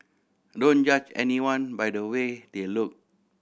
don't judge anyone by the way they look